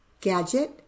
gadget